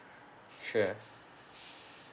sure